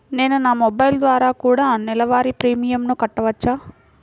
నేను నా మొబైల్ ద్వారా కూడ నెల వారి ప్రీమియంను కట్టావచ్చా?